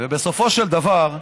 בסופו של דבר,